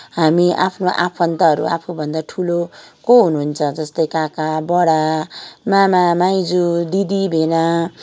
हामी आफ्नो आफन्तहरू आफूभन्दा ठुलोको हुनुहुन्छ जस्तै काका बडा मामा माइज्यू दिदी भेना